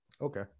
Okay